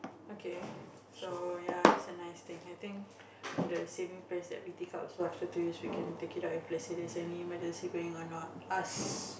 okay so ya it's a nice thing I think the saving place that we take out so after two years we can take out if let's say there's any emergency going on us